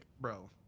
bro